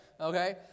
okay